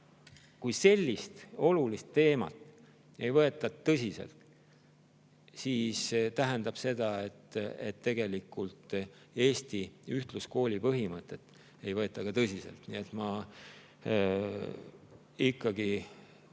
kui sellist olulist teemat ei võeta tõsiselt, siis see tähendab seda, et tegelikult Eesti ühtluskooli põhimõtet ei võeta tõsiselt. Ma püüan ka